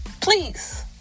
please